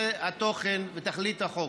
זה התוכן ותכלית החוק.